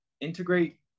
integrate